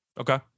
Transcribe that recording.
Okay